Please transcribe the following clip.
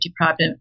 deprived